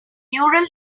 neural